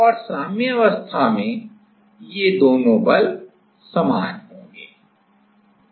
और साम्यावस्था में ये दोनों बल समान होंगे